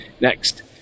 next